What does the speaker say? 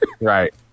Right